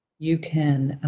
you can